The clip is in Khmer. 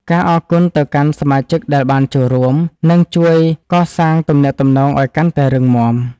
ការអរគុណទៅកាន់សមាជិកដែលបានចូលរួម នឹងជួយកសាងទំនាក់ទំនងឱ្យកាន់តែរឹងមាំ។